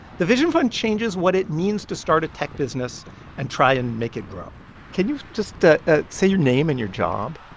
the vision fund changes what it means to start a tech business and try and make it grow can you just ah say your name and your job?